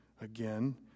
again